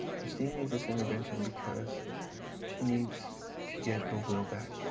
cristine needs this intervention because she needs to get her will back,